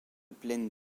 plaine